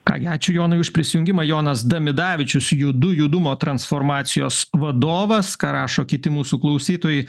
ką gi ačiū jonui už prisijungimą jonas damidavičius judu judumo transformacijos vadovas ką rašo kiti mūsų klausytojai